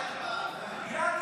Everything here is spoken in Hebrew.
להעביר את